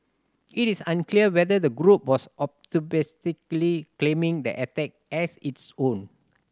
it is unclear whether the group was claiming the attack as its own